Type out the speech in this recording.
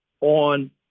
on